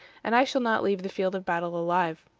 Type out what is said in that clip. and i shall not leave the field of battle alive.